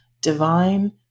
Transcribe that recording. divine